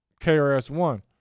KRS-One